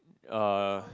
uh